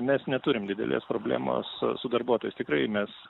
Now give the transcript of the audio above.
mes neturim didelės problemos su darbuotojais tikrai mes